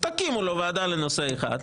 תקימו לו ועדה לנושא אחד,